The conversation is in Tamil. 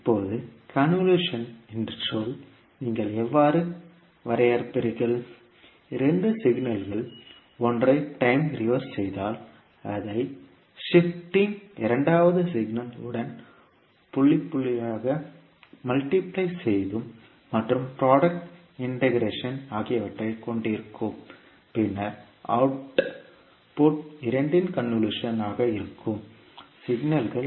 இப்போது கன்வல்யூஷன் என்ற சொல் நீங்கள் எவ்வாறு வரையறுப்பீர்கள் இரண்டு சிக்னல்களில் ஒன்றை டைம் ரிவர்ஸ் செய்தால் அதை ஷிப்ட்ங் செய்தும் இரண்டாவது சிக்னல் உடன் புள்ளி புள்ளியாக மல்டிபிளே செய்தும் மற்றும் புரோடக்ட் இண்டெகரேஷன் ஆகியவற்றைக் கொண்டிருக்கும் பின்னர் அவுட்புட் இரண்டின் கன்வல்யூஷன் ஆக இருக்கும் சிக்னல்கள்